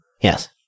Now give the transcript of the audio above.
Yes